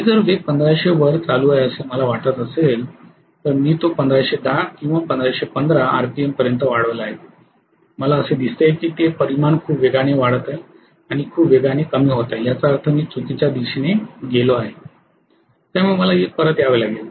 मी जर वेग १५०० वर चालू आहे असे मला वाटत असेल तर मी तो १५१० १५१५ आरपीएम पर्यंत वाढवला आहे मला असे दिसते की ती परिमाण खूप वेगाने वाढत आहे आणि खूप वेगाने कमी होत आहे याचा अर्थ मी चुकीच्या दिशेने गेलो आहे त्यामुळे मला परत यावे लागेल